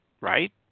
Right